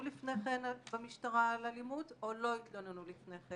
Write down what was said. לפני כן במשטרה על אלימות או לא התלוננו לפני כן